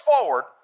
forward